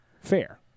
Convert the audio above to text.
fair